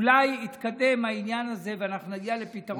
אולי יתקדם העניין הזה ואנחנו נגיע לפתרון,